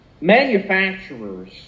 manufacturers